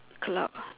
cloud